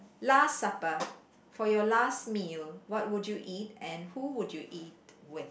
last supper for your last meal what would you eat and who would you eat with